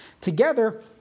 together